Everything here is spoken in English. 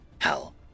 Hell